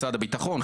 משרד הביטחון,